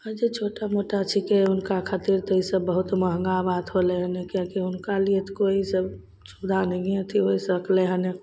आ जे छोटा मोटा छिकै हुनका खातिर तऽ ई सब बहुत महङ्गा बात होलै हन किएकी हुनका लिए तऽ कोइ ई सब पूरा नहिए अथी होइ सकलै हन